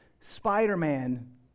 Spider-Man